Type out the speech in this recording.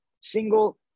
single